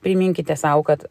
priminkite sau kad